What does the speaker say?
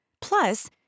Plus